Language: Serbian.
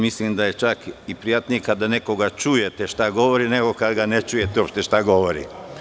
Mislim da je čak i prijatnije kada nekoga čujete šta govori nego kada uopšte ne čujete šta govori.